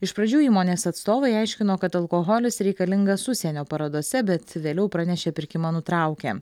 iš pradžių įmonės atstovai aiškino kad alkoholis reikalingas užsienio parodose bet vėliau pranešė pirkimą nutraukę